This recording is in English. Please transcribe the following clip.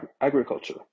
agriculture